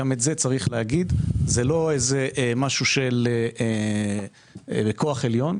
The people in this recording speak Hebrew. גם את זה צריך להגיד זה לא משהו של כוח עליון,